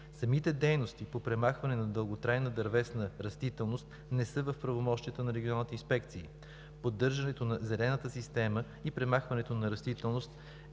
Самите дейности по премахване на дълготрайна дървесна растителност не са в правомощията на регионалните инспекции. Поддържането на зелената система и премахването на растителност